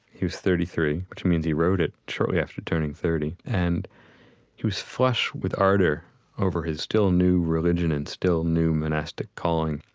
he was thirty three, which means he wrote it shortly after turning thirty. and he was flush with ardor over his still new religion and still new monastic calling.